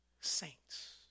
saints